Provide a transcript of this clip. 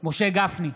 משה גפני,